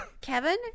Kevin